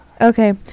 okay